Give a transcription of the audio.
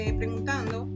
preguntando